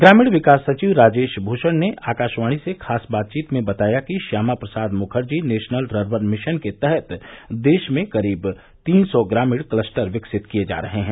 ग्रामीण विकास सचिव राजेश भूषण ने आकाशवाणी से खास बातचीत में बताया कि Shyama Prasad Mukherjee national rurban mission के तहत देश में करीब तीन सौ ग्रामीण क्लस्टर विकसित किए जा रहे हैं